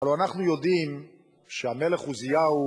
הלוא אנחנו יודעים שהמלך עוזיהו,